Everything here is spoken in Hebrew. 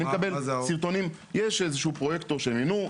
יש איזה פרויקטור שמינו.